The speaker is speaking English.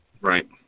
Right